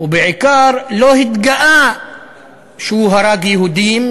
ובעיקר לא התגאה שהוא הרג יהודים,